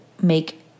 make